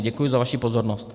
Děkuji za vaši pozornost.